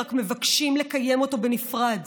ורק מבקשים לקבל אותו בנפרד.